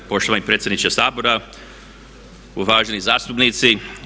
Poštovani predsjedniče Sabora, uvaženi zastupnici.